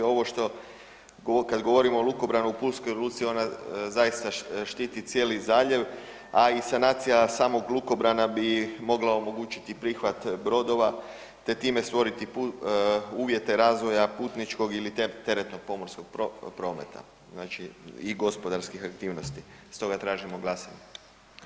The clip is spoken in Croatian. Ovo kad govorimo o lukobranu u pulskoj luci ona zaista štiti cijeli zaljev, a i sanacija samog lukobrana bi mogla omogućiti prihvat brodova te time stvoriti uvjete razvoja putničkog ili teretnog pomorskog prometa znači i gospodarskih aktivnosti, stoga tražimo glasanje.